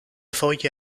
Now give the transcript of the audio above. foglie